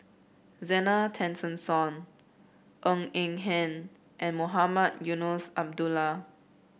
Zena Tessensohn Ng Eng Hen and Mohamed Eunos Abdullah